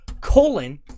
colon